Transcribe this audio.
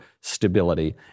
stability